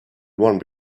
one